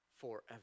forever